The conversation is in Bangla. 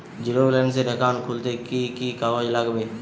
জীরো ব্যালেন্সের একাউন্ট খুলতে কি কি কাগজ লাগবে?